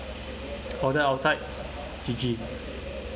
order outside G_G